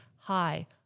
Hi